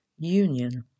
union